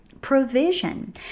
provision